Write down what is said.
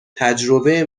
تجربه